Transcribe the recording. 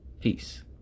Peace